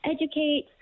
educate